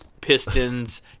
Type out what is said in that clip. pistons